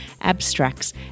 abstracts